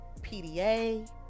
PDA